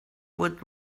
would